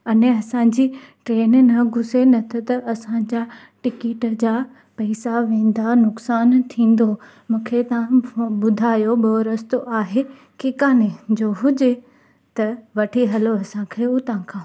अने असांजी ट्रेन न घुसे न त असांजा टिकिट जा पैसा वेंदा नुक़सानु थींदो मूंखे तव्हां ॿुधायो ॿियो रस्तो आहे की काने जो हुजे त वठी हलो असांखे हुतां खां